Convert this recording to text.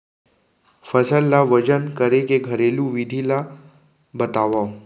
फसल ला वजन करे के घरेलू विधि ला बतावव?